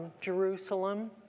Jerusalem